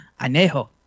Anejo